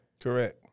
Correct